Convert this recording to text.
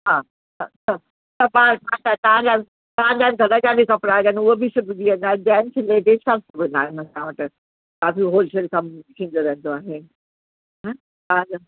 हा हा त त पाण असां तव्हांजा बि तव्हांजा बि घर जा बि कपिड़ा अगरि उहो बि सुबिजी वेंदा जेंट्स लेडीज सभु सुबंदा आहिनि असां वटि काफ़ी होलसेल कमु थींदो रहंदो आहे हा तव्हांजो